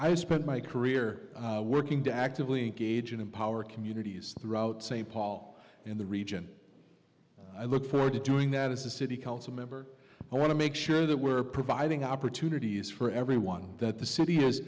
i've spent my career working to actively engage in empower communities throughout st paul in the region i look forward to doing that as a city council member i want to make sure that we're providing opportunities for everyone that the city